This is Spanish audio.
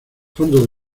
fondos